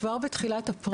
כבר בתחילת אפריל